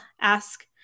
ask